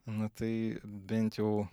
na tai bent jau